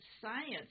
science